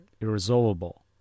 irresolvable